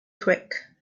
quick